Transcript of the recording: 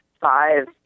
five